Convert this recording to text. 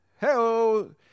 Hello